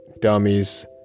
dummies